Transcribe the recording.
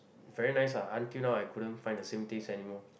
very nice ah until now I couldn't find the same taste anymore